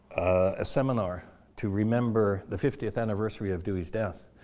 a seminar to remember the fiftieth anniversary of dewey's death.